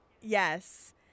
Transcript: Yes